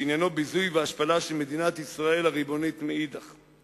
שעניינו ביזוי והשפלה של מדינת ישראל הריבונית מאידך גיסא.